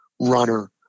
runner